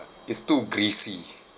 it's too greasy